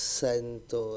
sento